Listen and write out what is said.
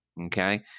Okay